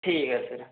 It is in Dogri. ठीक ऐ सर